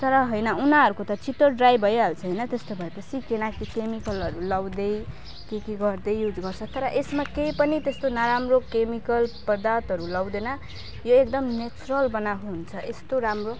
तर होइन उनीहरूको त छिटो ड्राई भइहाल्छ होइन त्यस्तो भए पछि किनकि केमिकलहरू लगाउँदै के के गर्दै युज गर्छ तर यस्तो केही पनि त्यस्तो नराम्रो केमिकल पदार्थहरू लगाउँदैन यो एकदम नेचरल बनाएको हुन्छ यस्तो राम्रो